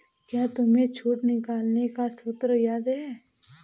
क्या तुम्हें छूट निकालने का सूत्र याद है?